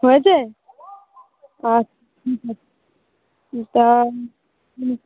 হয়েছে আচ্ছা ঠিক আছে তা হুম